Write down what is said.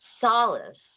solace